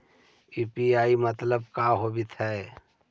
UPI मतलब का होब हइ?